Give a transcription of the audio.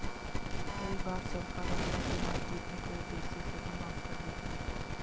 कई बार सरकार अगला चुनाव जीतने के उद्देश्य से भी कर माफ कर देती है